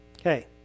Okay